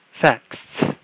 facts